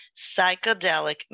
psychedelic